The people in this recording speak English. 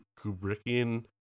Kubrickian